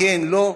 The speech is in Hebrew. כן או לא,